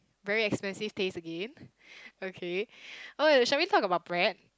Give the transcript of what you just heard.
very expensive taste again okay oh wait shall we talk about bread